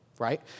Right